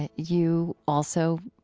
ah you also